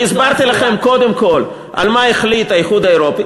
הסברתי לכם קודם כול מה החליט האיחוד האירופי.